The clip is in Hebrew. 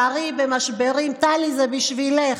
טלי, זה בשבילך.